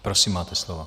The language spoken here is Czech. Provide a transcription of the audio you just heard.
Prosím, máte slovo.